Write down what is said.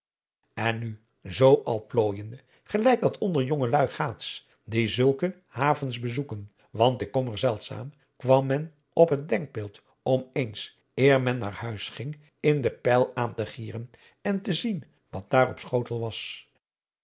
en nu zoo al pooijende gelijk dat onder jongeluî gaats die zulke havens bezoeken want ik kom er zeldzaam kwam men op het denkbeeld om eens eer men naar huis ging in den pyl aan te gieren en te zien wat daar op schotel was